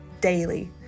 daily